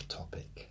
topic